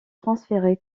transféré